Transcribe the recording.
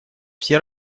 все